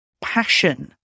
passion